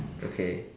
okay